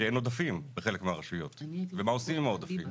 שאין עודפים בחלק מהרשויות ומה עושים עם העודפים?